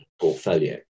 portfolio